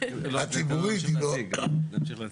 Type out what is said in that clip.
הציבורית --- נמשיך להציג.